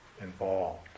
involved